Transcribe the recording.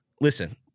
Listen